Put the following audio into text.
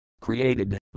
Created